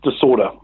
disorder